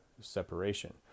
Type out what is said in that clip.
Separation